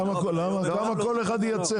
על כמה כל אחד מייצר.